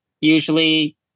usually